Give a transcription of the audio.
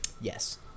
Yes